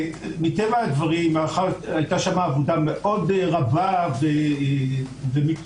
מטבע הדברים היתה שם עבודה מאוד רבה ומקצועית.